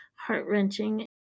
heart-wrenching